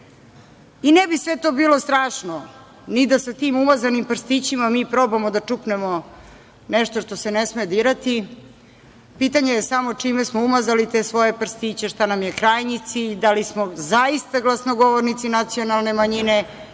Ne bi sve to bilo strašno ni da sa tim umazanim prstićima mi probamo da čupnemo nešto što se ne sme dirati, pitanje je samo čime smo umazali te svoje prstiće, šta nam je krajnji cilj, da li smo zaista glasnogovornici nacionalne manjine